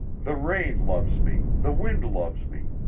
the rain loves me, the wind loves me,